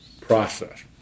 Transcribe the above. process